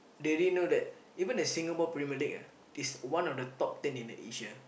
they didn't know that even the Singapore-Premier-League ah is one of the top ten in Asia